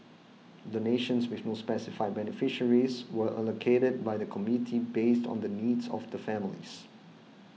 donations with no specified beneficiaries were allocated by the committee based on the needs of the families